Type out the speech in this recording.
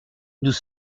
nous